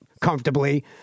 comfortably